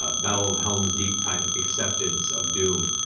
ah battle of helm's deep-type acceptance of doom,